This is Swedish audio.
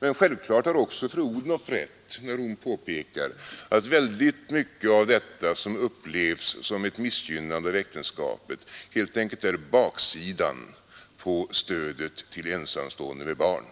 Men självfallet har också fru Odhnoff rätt när hon påpekar att väldigt mycket av detta som upplevs som ett missgynnande av äktenskapet helt enkelt är baksidan av stödet till de ensamstående med barn,